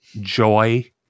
joy